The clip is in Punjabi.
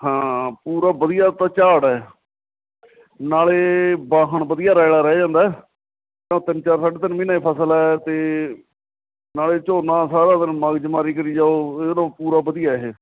ਹਾਂ ਪੂਰਾ ਵਧੀਆ ਤਾਂ ਝਾੜ ਹੈ ਨਾਲ ਵਾਹਣ ਵਧੀਆ ਰੈਲਾ ਰਹਿ ਜਾਂਦਾ ਤਿੰਨ ਚਾਰ ਸਾਢੇ ਤਿੰਨ ਮਹੀਨੇ ਫਸਲ ਹੈ ਅਤੇ ਨਾਲ ਝੋਨਾ ਸਾਰਾ ਦਿਨ ਮਗਜ਼ ਮਾਰੀ ਕਰੀ ਜਾਓ ਇਹ ਤੋਂ ਪੂਰਾ ਵਧੀਆ ਇਹ